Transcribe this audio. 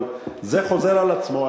אבל זה חוזר על עצמו.